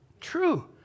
true